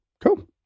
Cool